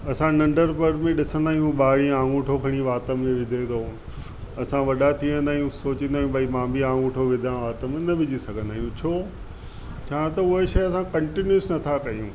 अंसा नढंपण में ॾिंसदा आहियूं ॿार इहा आङूठो खणी वाति में विधे थो असां वॾा थी वेंदा आहियूं सोचींदा आहियूं भई मां बि आङूठो विधा वाति में न विझी सघंदा आहियूं छो छा त उहे ई शइ असां कंटिन्यूस नथा कयूं